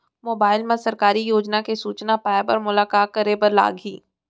mobile मा सरकारी योजना के सूचना पाए बर मोला का करे बर लागही